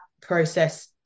process